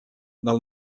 del